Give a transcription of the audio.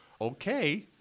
okay